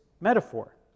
metaphor